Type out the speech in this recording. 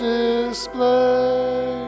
display